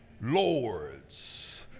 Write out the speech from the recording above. Lords